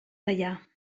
teià